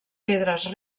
pedres